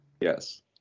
Yes